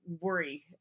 worry